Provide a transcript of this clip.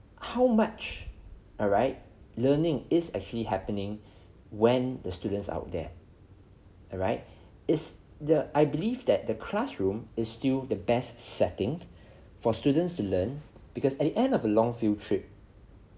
how much alright learning is actually happening when the students out there alright is the I believe that the classroom is still the best setting for students to learn because at the end of a long field trip